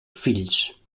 fills